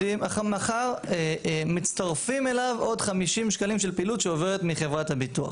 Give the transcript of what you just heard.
מחר מצטרפים אליו עוד 50 שקלים של פעילות שעוברת מחברת הביטוח.